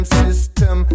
system